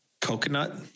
coconut